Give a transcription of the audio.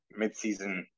midseason